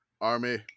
Army